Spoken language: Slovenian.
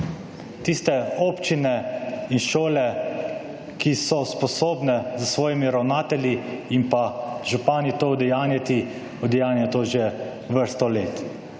Tiste občine in šole, ki so sposobne s svojimi ravnatelji in pa župani to udejanjiti, udejanjajo to že vrsto let.